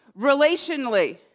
Relationally